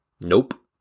Nope